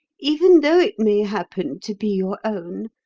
even though it may happen to be your own.